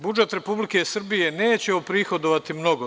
Budžet Republike Srbije neće oprihodovati mnogo.